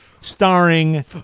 starring